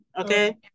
okay